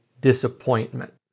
disappointment